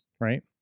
Right